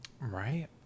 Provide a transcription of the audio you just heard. Right